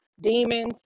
demons